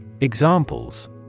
Examples